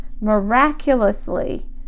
miraculously